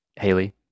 Haley